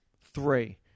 three